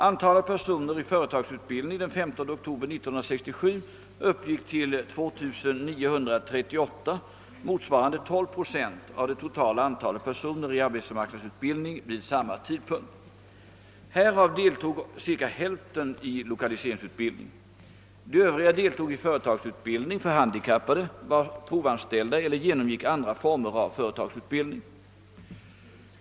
Antalet personer i företagsutbildning den 15 oktober 1967 uppgick till 2 938, motsvarande 12 7 av det totala antalet personer i arbetsmarknadsutbildning vid samma tidpunkt. Härav deltog cirka hälften i lokaliseringsutbildning. De övriga deltog i företagsutbildning för handikappade, var provanställda eller genomgick andra former av företagsutbildning.